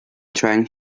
trying